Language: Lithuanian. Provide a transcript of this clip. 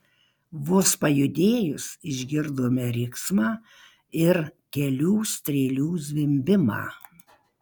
vos pajudėjus išgirdome riksmą ir kelių strėlių zvimbimą